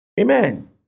Amen